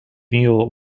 mule